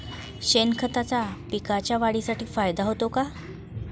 शेणखताचा पिकांच्या वाढीसाठी फायदा होतो का?